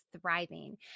thriving